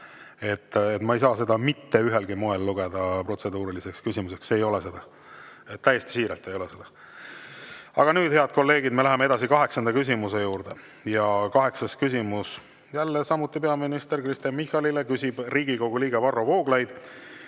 Ma ei saa seda mitte ühelgi moel lugeda protseduuriliseks küsimuseks, see ei ole seda, täiesti siiralt ei ole seda. Nüüd, head kolleegid, läheme edasi kaheksanda küsimuse juurde. Kaheksas küsimus on samuti peaminister Kristen Michalile. Küsib Riigikogu liige Varro Vooglaid